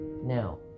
Now